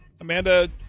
Amanda